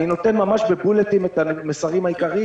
אני מציג ממש בהדגשה את המסרים העיקריים,